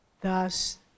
Thus